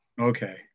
Okay